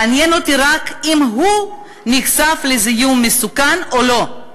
מעניין אותי רק אם הוא נחשף לזיהום מסוכן או לא.